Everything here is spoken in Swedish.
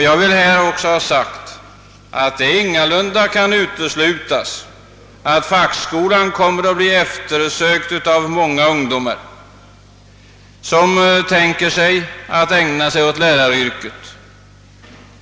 Jag vill också framhålla att det ingalunda kan uteslutas att fackskolan kommer att bli eftersökt av många ungdomar, som tänker ägna sig åt läraryrket.